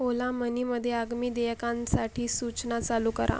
ओला मनीमध्ये आगामी देयकांसाठी सूचना चालू करा